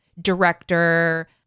director